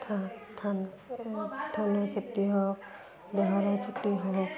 ধান ধান ধানৰ খেতি হওক বেহৰৰ খেতি হওক